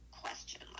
question